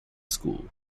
school